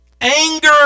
Anger